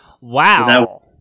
Wow